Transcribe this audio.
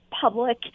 public